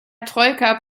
troika